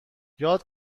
یاد